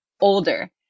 older